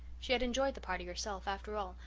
she had enjoyed the party herself, after all,